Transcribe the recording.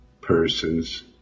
persons